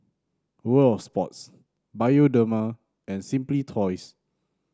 World Of Sports Bioderma and Simply Toys